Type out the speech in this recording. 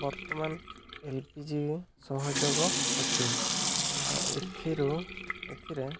ବର୍ତ୍ତମାନ L P G ସହଯୋଗ ଅଛି ଏଥିରୁ ଏଥିରେ